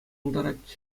пултарать